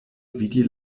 vidi